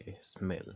smell